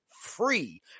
Free